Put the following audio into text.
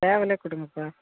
சேவலே கொடுங்கப்பா